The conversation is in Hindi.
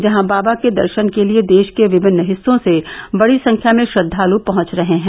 जहां बाबा के दर्शन के लिए देश के विभिन्न हिस्सों से बड़ी संख्या में श्रद्वालु पहुंच रहे हैं